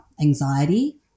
anxiety